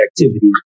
activity